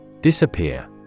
Disappear